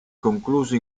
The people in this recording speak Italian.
concluso